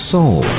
Soul